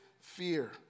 fear